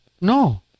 No